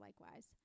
likewise